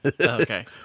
Okay